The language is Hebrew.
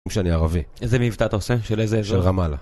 שאני ערבי. איזה מבטא אתה עושה? של איזה אזר? של רמאלה.